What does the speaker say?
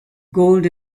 gold